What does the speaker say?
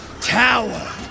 tower